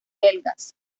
belgas